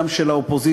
גם של האופוזיציה,